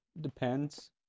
Depends